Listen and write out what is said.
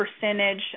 percentage